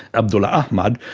abdullah ahmad,